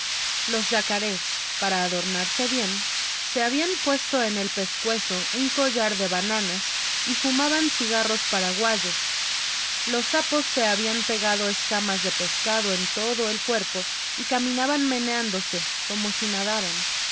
los yacarés para adornarse bien se habían puesto en el pescuezo un collar de plátanos y fumaban cigarros paraguayos los sapos se habían pegado escamas de peces en todo el cuerpo y caminaban meneándose como si nadaran